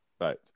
Right